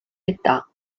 età